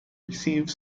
receive